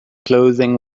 clothing